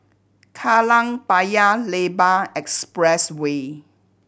Kallang Paya Lebar Expressway